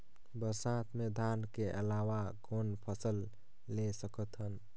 बरसात मे धान के अलावा कौन फसल ले सकत हन?